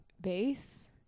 base